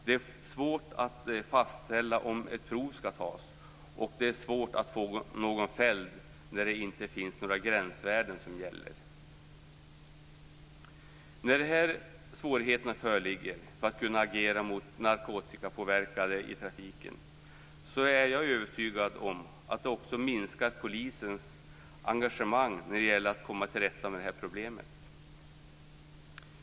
Det är svårt att fastställa om ett prov skall tas, och det är svårt att få någon fälld när det inte finns några gränsvärden som gäller. Jag är övertygad om att de här svårigheterna att agera mot narkotikapåverkade i trafiken också minskar polisens engagemang att komma till rätta med problemet.